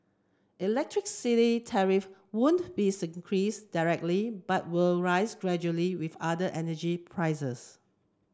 electricity tariff won't be increase directly but will rise gradually with other energy prices